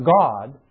God